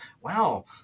wow